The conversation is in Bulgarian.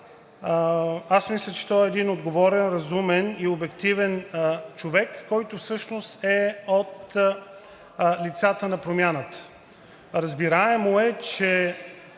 мисля, че той е един отговорен, разумен и обективен човек, който всъщност е от лицата на Промяната. Разбираемо е, че